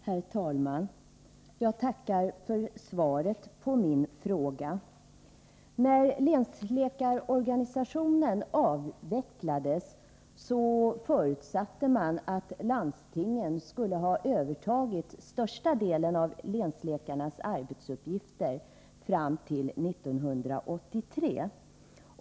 Herr talman! Jag tackar för svaret på min fråga. När länsläkarorganisationen avvecklades förutsatte man att landstingen skulle ha övertagit största delen av länsläkarnas arbetsuppgifter fram till 1983.